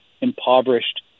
impoverished